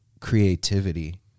creativity